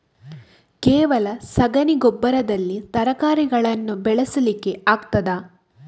ಕೇವಲ ಸಗಣಿ ಗೊಬ್ಬರದಲ್ಲಿ ತರಕಾರಿಗಳನ್ನು ಬೆಳೆಸಲಿಕ್ಕೆ ಆಗ್ತದಾ?